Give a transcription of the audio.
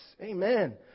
amen